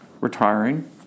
retiring